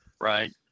right